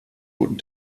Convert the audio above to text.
guten